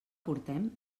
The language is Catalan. portem